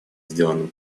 сделанным